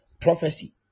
Prophecy